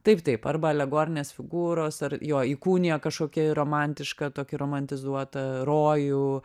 taip taip arba alegorinės figūros ar jo įkūnija kažkokį romantišką tokį romantizuotą rojų